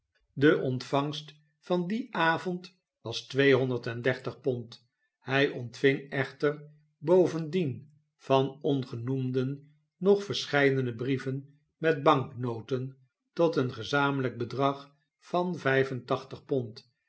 de ontvangst van dien avond was tweehonderd en dertig pond hij ontving echter bovendien van ongenoemden nog verscheidene brieven met banknoten tot een gezamenlijk bedrag van vijfentachtig pond